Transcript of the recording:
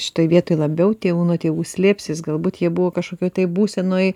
šitoje vietoj labiau tėvų nuo tėvų slėpsis galbūt ji buvo kažkokioj tai būsenoj